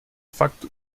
fakt